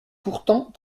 pourtant